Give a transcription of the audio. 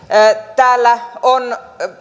täällä on